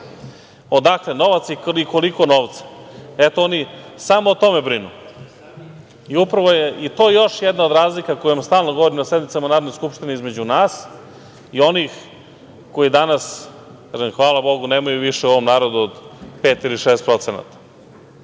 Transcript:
odakle novac i koliko novca. Eto, oni samo o tome brinu. Upravo je to još jedna od razlika o kojima stalno govorim na sednicama Narodne skupštine između nas i onih koji danas, hvala bogu, nemaju više u ovom narodu od 5 ili 6%. Ne daj